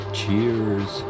cheers